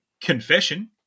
confession